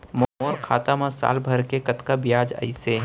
मोर खाता मा साल भर के कतका बियाज अइसे?